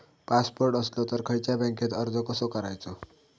Passport असलो तर खयच्या बँकेत अर्ज कसो करायचो?